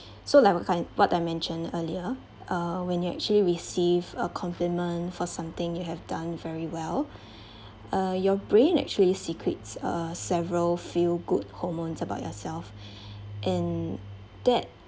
so like what kind what I mentioned earlier uh when you actually receive a compliment for something you have done very well uh your brain actually secretes uh several feel good hormones about yourself and that